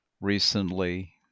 recently